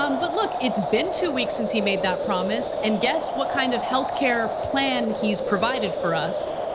um but look, it's been two weeks since he made that promise and guess what kind of health care plan he's provided for us.